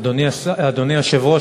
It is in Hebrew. אדוני היושב-ראש,